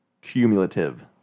Cumulative